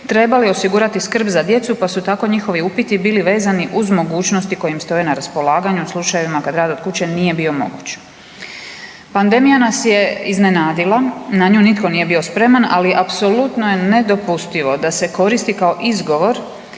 trebali osigurati skrb za djedu pa su tako njihovi upiti bili vezani uz mogućnosti koje im stoje na raspolaganju u slučajevima kad rad od kuće nije bio moguć.“ Pandemija nas je iznenadila, na nju nitko nije bio spreman, ali apsolutno je nedopustivo da se koristi kao izgovor